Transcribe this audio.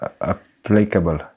applicable